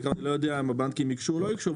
אני לא יודע אם הבנקים ייגשו או לא ייגשו.